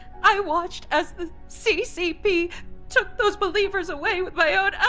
i watched as the ccp took those believers away with my own eyes.